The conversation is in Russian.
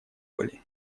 были